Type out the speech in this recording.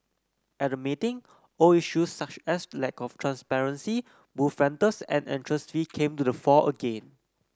at the meeting old issues such as lack of transparency booth rentals and entrance fees came to the fore again